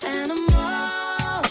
animal